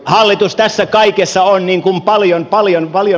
hallitus tässä kaikessa on paljon vartijana